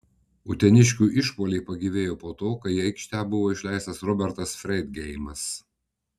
uteniškių išpuoliai pagyvėjo po to kai į aikštę buvo išleistas robertas freidgeimas